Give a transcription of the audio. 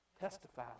Testify